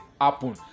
happen